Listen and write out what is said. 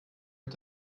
mit